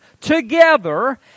together